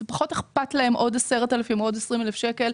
זה פחות אכפת להם אם עוד 10,000 או עוד 20,000 שקל,